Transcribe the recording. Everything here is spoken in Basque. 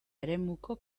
eremuko